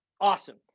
awesome